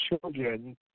children